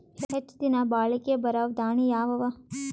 ಹೆಚ್ಚ ದಿನಾ ಬಾಳಿಕೆ ಬರಾವ ದಾಣಿಯಾವ ಅವಾ?